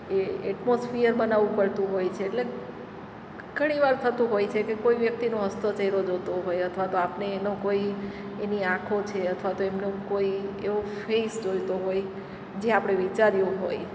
એ atmosphere બનાવવું પડતું હોય છે એટલે ઘણીવાર થતું હોય છે કે કોઈ વ્યક્તિનો હસતો ચહેરો જોઈતો હોય અથવા તો આપણને એનો કોઈ એની આંખો છે અથવા તો એમનો કોઈ એવો ફેસ જોઈતો હોય જે આપણે વિચાર્યું હોય